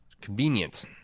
Convenient